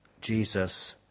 Jesus